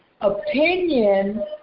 opinion